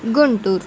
Guntur